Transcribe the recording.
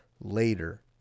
later